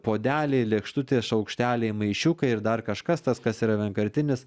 puodeliai lėkštutės šaukšteliai maišiukai ir dar kažkas tas kas yra vienkartinis